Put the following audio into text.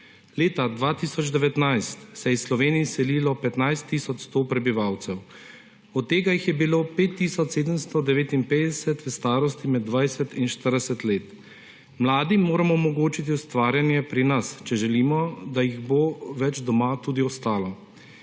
Leta 2019 se je iz Slovenije izselilo 15 tisoč 100 prebivalcev. Od tega jih je bilo 5 tisoč 759 v starosti med 20 in 40 let. Mladim moramo omogočiti ustvarjanje pri nas, če želimo, da jih bo več tudi ostalo